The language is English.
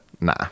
Nah